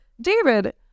David